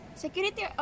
Security